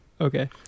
okay